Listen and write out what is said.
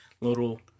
little